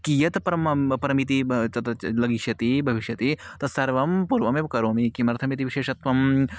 कियत् प्रेमं परिमितिः तत्र च भविष्यति भविष्यती तत् सर्वं पूर्वमेव करोमि किमर्थमिति विशेषत्वं